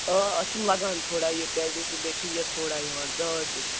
آ اَتھ چھُم لگان تھوڑا یہِ پرٮ۪س دِنہٕ سۭتۍ بیٚیہِ چھِ یہِ تھوڑا یِوان ژاس ہِش